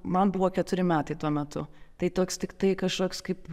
man buvo keturi metai tuo metu tai toks tiktai kažkoks kaip